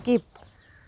skip